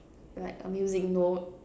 like a music note